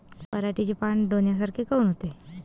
पराटीचे पानं डोन्यासारखे काऊन होते?